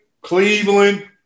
Cleveland